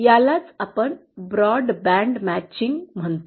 यालाच आपण broadband matching म्हणतो